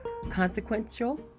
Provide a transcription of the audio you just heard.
consequential